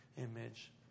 image